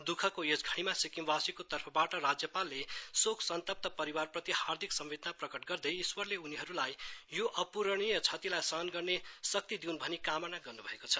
दुःखको यस घड़ीमा सिक्किमवासीको तर्फबाट राज्यपालले शोक संतप्त परिवारप्रति हार्दिक संतेदना प्रकट गर्दै ईश्वरले उनीहरूलाई यो अपूरणीय क्षतिलाई सहन गर्ने शक्ति दिऊन भनी कामना गर्नुभएको छ